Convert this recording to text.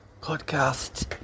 podcast